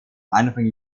anfang